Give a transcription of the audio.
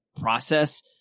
process